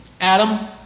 Adam